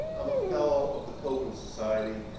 i'm a fellow of the pilgrim society.